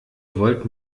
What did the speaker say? wollt